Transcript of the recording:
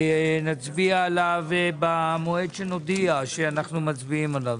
נצביע עליו במועד שנודיע שאנחנו מצביעים עליו.